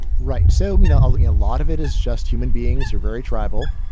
right. so, you know, a lot of it is just human beings are very tribal.